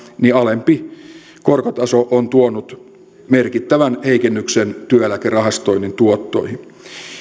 niin alempi korkotaso on tuonut merkittävän heikennyksen työeläkerahastoinnin tuottoihin